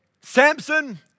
Samson